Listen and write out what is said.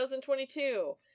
2022